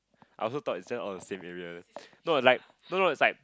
I also thought it's just all the same area no like no no it's like